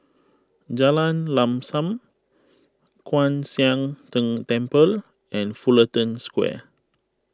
Jalan Lam Sam Kwan Siang Tng Temple and Fullerton Square